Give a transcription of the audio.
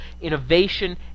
innovation